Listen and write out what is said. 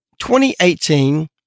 2018